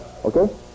Okay